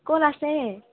কল আছে